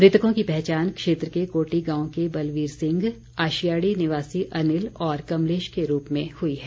मृतकों की पहचान क्षेत्र के कोटी गांव के बलवीर सिंह आशियाड़ी निवासी अनिल और कमलेश के रूप में हुई है